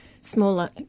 smaller